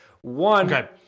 One